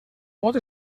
bot